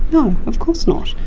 no, of course not.